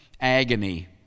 agony